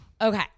Okay